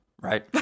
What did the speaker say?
Right